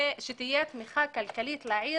שתהיה תמיכה כלכלית לעיר